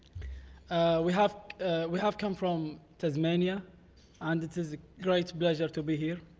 we have we have come from tasmania and it is a great pleasure to be here.